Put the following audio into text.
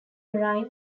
marine